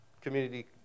community